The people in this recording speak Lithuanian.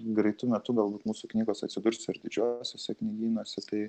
greitu metu galbūt mūsų knygos atsidurs ir didžiuosiuose knygynuose tai